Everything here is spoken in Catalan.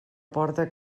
porta